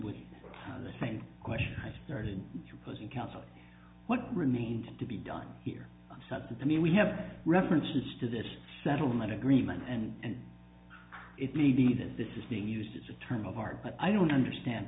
with the same question i started opposing counsel what really needs to be done here and then we have references to this settlement agreement and it may be that this is being used as a term of art but i don't understand